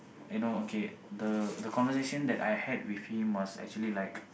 you know okay the conversation that I had with him was actually like